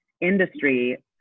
industry